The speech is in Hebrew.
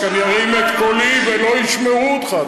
אני ארים את קולי ולא ישמעו אותך.